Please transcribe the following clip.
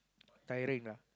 tiring lah